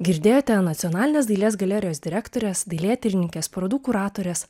girdėjote nacionalinės dailės galerijos direktorės dailėtyrininkės parodų kuratorės